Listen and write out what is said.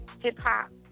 hip-hop